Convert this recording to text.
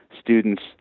students